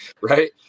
Right